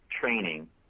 training